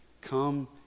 Come